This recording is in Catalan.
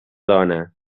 dona